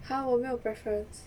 !huh! 我没有 preference